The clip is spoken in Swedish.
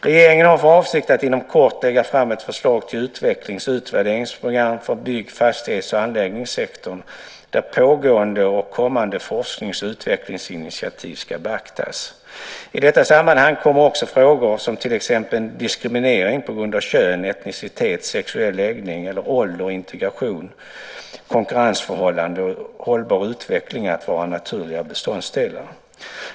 Regeringen har för avsikt att inom kort lägga fram ett förslag till utvecklings och utvärderingsprogram för bygg-, fastighets och anläggningssektorn där pågående och kommande forsknings och utvecklingsinitiativ ska beaktas. I detta sammanhang kommer också frågor som till exempel diskriminering på grund av kön, etnicitet, sexuell läggning eller ålder, integration, konkurrensförhållande och hållbar utveckling att vara naturliga beståndsdelar.